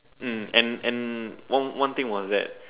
mm and and one one thing was that